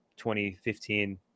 2015